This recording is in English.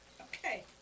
Okay